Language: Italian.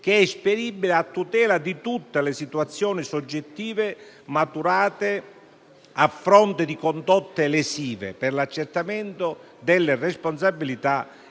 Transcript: che è esperibile a tutela di tutte le situazioni soggettive maturate a fronte di condotte lesive, per l'accertamento delle responsabilità